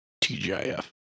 TGIF